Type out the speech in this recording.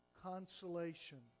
consolation